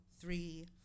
three